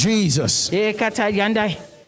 Jesus